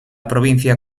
provincia